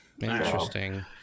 Interesting